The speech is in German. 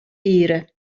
ehre